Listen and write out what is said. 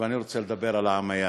ואני רוצה לדבר על העמייאת,